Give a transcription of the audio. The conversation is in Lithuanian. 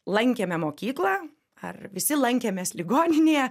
lankėme mokyklą ar visi lankėmės ligoninėje